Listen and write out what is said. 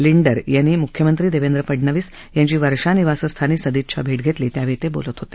लिन्डर यांनी मुख्यमंत्री देवेंद्र फडणवीस यांची वर्षा निवासस्थानी सदिच्छा भेट घेतली त्यावेळी ते बोलत होते